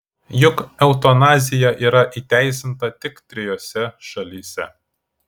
juk eutanazija yra įteisinta tik trijose šalyse